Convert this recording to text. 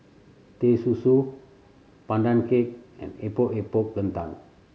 Teh Susu Pandan Cake and Epok Epok Kentang